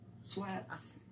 Sweats